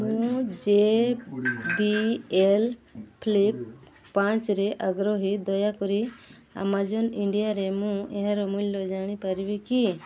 ମୁଁ J B L flip ପାଞ୍ଚରେ ଆଗ୍ରହୀ ଦୟାକରି ଆମାଜନ୍ ଇଣ୍ଡିଆରେ ମୁଁ ଏହାର ମୂଲ୍ୟ ଜାଣିପାରିବି କି